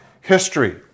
history